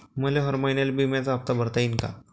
मले हर महिन्याले बिम्याचा हप्ता भरता येईन का?